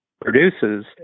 produces